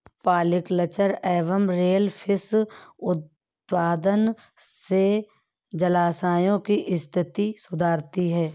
polyculture एवं सेल फिश उत्पादन से जलाशयों की स्थिति सुधरती है